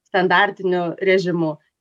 standartiniu režimu